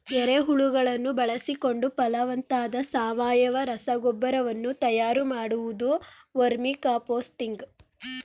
ಎರೆಹುಳುಗಳನ್ನು ಬಳಸಿಕೊಂಡು ಫಲವತ್ತಾದ ಸಾವಯವ ರಸಗೊಬ್ಬರ ವನ್ನು ತಯಾರು ಮಾಡುವುದು ವರ್ಮಿಕಾಂಪೋಸ್ತಿಂಗ್